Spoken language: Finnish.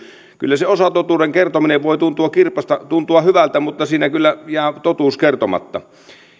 kyllä se osatotuuden kertominen voi tuntua hyvältä mutta siinä kyllä jää totuus kertomatta